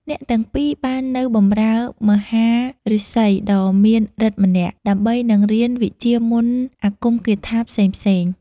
អ្នកទាំងពីរបាននៅ បម្រើមហាឫសីដ៏មានឫទ្ធិម្នាក់ ដើម្បីនឹងរៀនវិជ្ជាមន្តអាគមគាថាផ្សេងៗ។